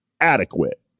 adequate